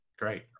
Great